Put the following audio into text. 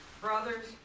Brothers